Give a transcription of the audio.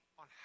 on